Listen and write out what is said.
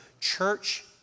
Church